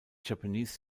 japanese